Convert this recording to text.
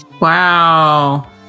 Wow